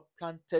planted